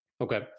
Okay